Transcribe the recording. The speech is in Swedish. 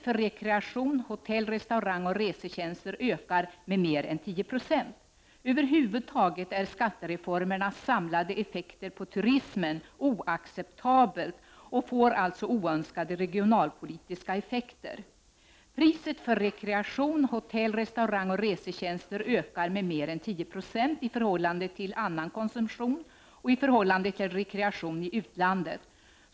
Över huvud taget är skattereformernas samlade effekter på turismen oacceptabla och får alltså oönskade regionalpolitiska effekter. Priset för rekreation, hotell-, restaurangoch resetjänster ökar med mer än 10 96 i förhållande till annan konsumtion och i förhållande till rekreation i utlandet.